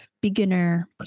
beginner